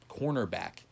cornerback